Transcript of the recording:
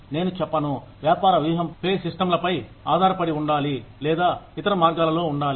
నేను చెప్పను వ్యాపార వ్యూహం పే సిస్టం లపై ఆధారపడి ఉండాలి లేదా ఇతర మార్గాలలో ఉండాలి